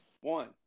One